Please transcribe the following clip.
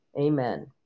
Amen